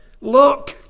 look